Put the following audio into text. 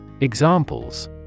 Examples